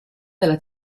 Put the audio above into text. della